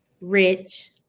Rich